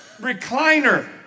recliner